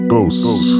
Ghosts